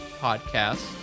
podcast